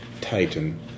titan